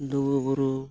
ᱞᱩᱜᱩᱼᱵᱩᱨᱩ